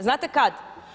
Znate kad?